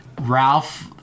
Ralph